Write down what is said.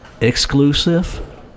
exclusive